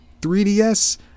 3DS